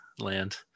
land